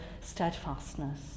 steadfastness